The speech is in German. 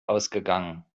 ausgegangen